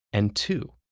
and two.